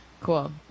Cool